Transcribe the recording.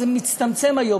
אני אומר: זה מצטמצם היום.